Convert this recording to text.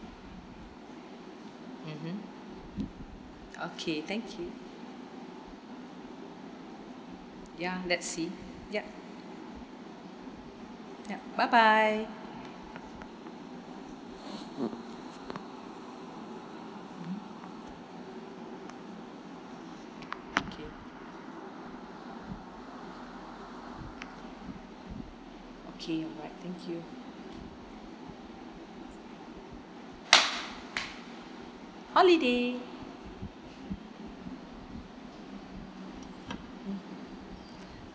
mmhmm okay thank you ya let's see yup yup bye bye mm okay okay alright thank you holiday